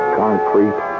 concrete